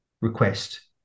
request